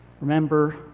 Remember